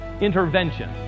intervention